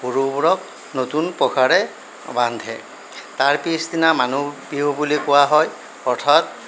গৰুবোৰক নতুন পঘাৰে বান্ধে তাৰ পিছদিনা মানুহ বিহু বুলি কোৱা হয় অৰ্থাৎ